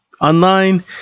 Online